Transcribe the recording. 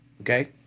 Okay